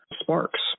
Sparks